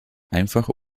einfach